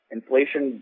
Inflation